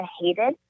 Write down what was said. hated